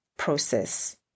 process